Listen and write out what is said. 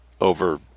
over